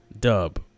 dub